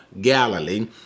Galilee